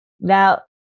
Now